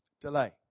Delay